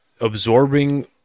absorbing